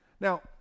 Now